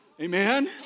Amen